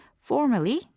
Formally